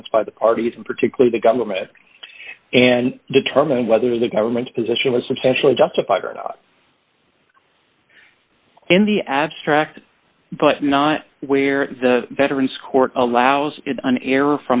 have by the parties and particularly the government and determine whether the government's position was substantially justified or not in the abstract but not where the veterans court allows an error